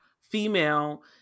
female